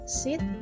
sit